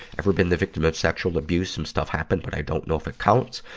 ever been the victim of sexual abuse? some stuff happened, but i don't know if it counts.